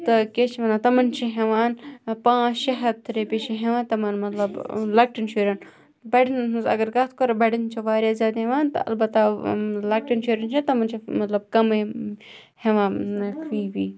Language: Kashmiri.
تہٕ کیٛاہ چھِ وَنان اَتھ تمَن چھِ ہٮ۪وان پانٛژھ شےٚ ہَتھ رَپیہِ چھِ ہٮ۪وان تمَن مطلب لۄکٹٮ۪ن شُرٮ۪ن بَڑٮ۪ن ہِنٛز اگر کَتھ کَرو بڑٮ۪ن چھِ واریاہ زیادٕ ہٮ۪وان تہٕ البتہ لۄکٹٮ۪ن شُرٮ۪ن چھِ تِمَن چھِ مطلب کَمٕے ہٮ۪وان یَتھ فی وی